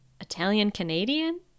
Italian-Canadian